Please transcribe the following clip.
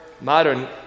modern